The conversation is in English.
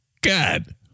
God